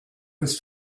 with